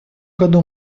году